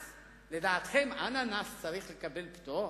לדעתכם אננס צריך לקבל פטור?